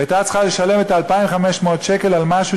והייתה צריכה לשלם את 2,500 השקלים על משהו